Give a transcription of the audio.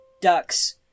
ducks